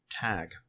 Tag